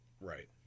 right